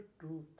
truth